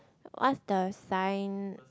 what's the sign